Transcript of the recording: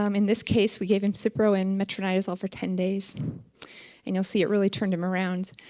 um in this case, we gave him cipro and metronidazole for ten days and you'll see it really turned him around.